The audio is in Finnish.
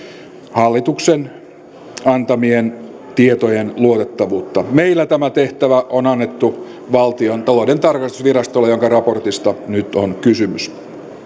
hallituksen antamien tietojen luotettavuutta meillä tämä tehtävä on annettu valtiontalouden tarkastusvirastolle jonka raportista nyt on kysymys